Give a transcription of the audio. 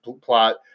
plot